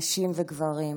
נשים וגברים,